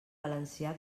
valencià